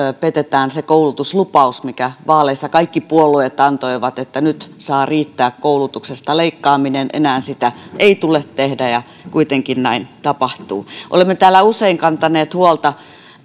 petetään se koulutuslupaus minkä vaaleissa kaikki puolueet antoivat että nyt saa riittää koulutuksesta leikkaaminen ja enää sitä ei tule tehdä ja kuitenkin näin tapahtuu olemme täällä usein kantaneet huolta